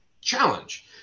challenge